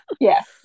yes